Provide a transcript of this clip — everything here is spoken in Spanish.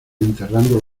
enterrando